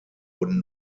wurden